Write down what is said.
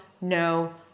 no